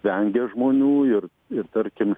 vengia žmonių ir ir tarkim